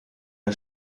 der